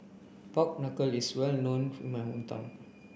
Pork Knuckle is well known in my hometown